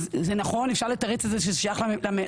אז נכון, אפשר לתרץ את זה שזה שייך למדינה.